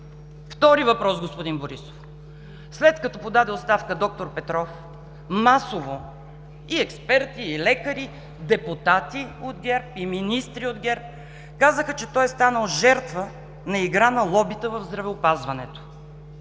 Втори въпрос, господин Борисов: след като подаде оставка д-р Петров, масово и експерти, и лекари, депутати от ГЕРБ и министри от ГЕРБ, казаха, че той е станал жертва на игра на лобита в здравеопазването.